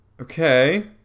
Okay